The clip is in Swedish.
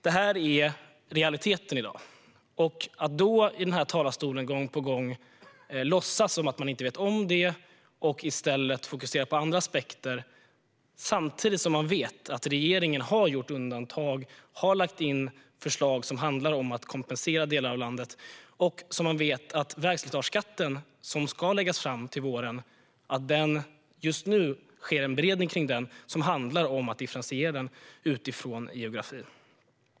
Detta är realiteten i dag, men i denna talarstol låtsas man gång på gång som att man inte vet om detta och fokuserar i stället på andra aspekter samtidigt som man vet att regeringen har gjort undantag och har lagt fram förslag som handlar om att kompensera delar av landet och att det just nu sker en beredning av vägslitageskatten, som ska läggas fram till våren, som handlar om att differentiera den utifrån geografin.